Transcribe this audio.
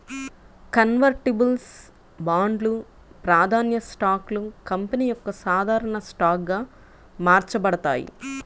convertibles బాండ్లు, ప్రాధాన్య స్టాక్లు కంపెనీ యొక్క సాధారణ స్టాక్గా మార్చబడతాయి